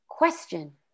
Question